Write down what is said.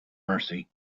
mercy